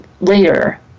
later